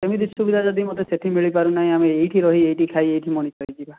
ଏମିତି ସୁବିଧା ଯଦି ମୋତେ ସେଇଠି ମିଳିପାରୁନାହିଁ ଆମେ ଏଇଠି ରହି ଏଇଠି ଖାଇ ଏଇଠି ମଣିଷ ହୋଇଯିବା